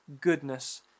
goodness